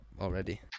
already